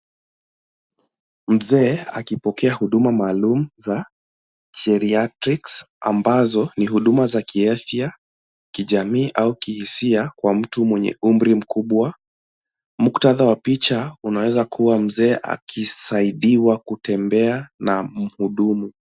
Mzee akipokea huduma maalum za geriatrics ambazo ni huduma za kiafya, kijamii au kihisia kwa mtu mwenye umri mkubwa. Mukhtadha wa picha unaweza kuwa mzee akisaidiwa kutembea na mhudumu.